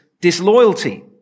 disloyalty